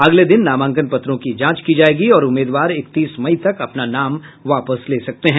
अगले दिन नामांकन पत्रों की जांच की जायेगी और उम्मीदवार इकतीस मई तक अपना नाम वापस ले सकते हैं